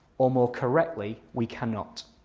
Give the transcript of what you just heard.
or more correctly we cannot.